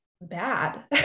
bad